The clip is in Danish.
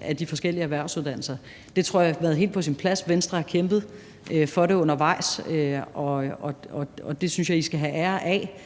af de forskellige erhvervsuddannelser. Det tror jeg har været helt på sin plads. Venstre har kæmpet for det undervejs, og det synes jeg I skal have ære af,